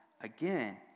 again